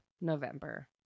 November